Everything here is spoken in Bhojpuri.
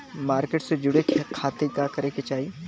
मार्केट से जुड़े खाती का करे के चाही?